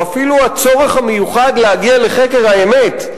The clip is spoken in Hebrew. או אפילו הצורך המיוחד להגיע לחקר האמת,